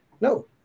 no